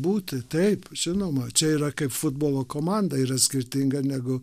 būti taip žinoma čia yra kaip futbolo komanda yra skirtinga negu